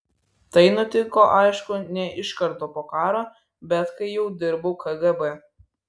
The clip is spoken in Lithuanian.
tai nutiko aišku ne iš karto po karo bet kai jau dirbau kgb